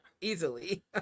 Easily